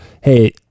hey